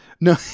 No